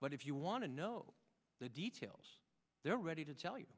but if you want to know the details they're ready to tell you